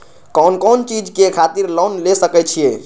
कोन कोन चीज के खातिर लोन ले सके छिए?